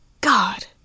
God